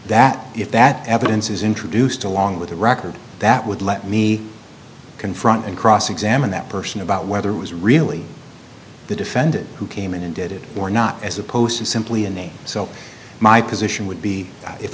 that if that evidence is introduced along with a record that would let me confront and cross examine that person about whether it was really the defendant who came in and did it or not as opposed to simply a name so my position would be if